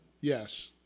yes